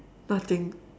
nothing